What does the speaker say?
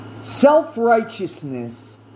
self-righteousness